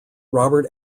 robert